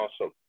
awesome